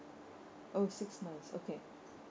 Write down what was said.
oh six months okay